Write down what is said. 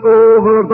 over